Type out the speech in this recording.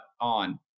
on